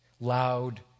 loud